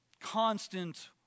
constant